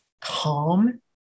calm